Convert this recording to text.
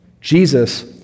Jesus